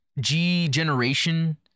G-Generation